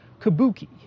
Kabuki